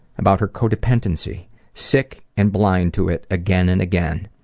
about her co-dependency sick and blind to it again and again.